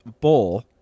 bowl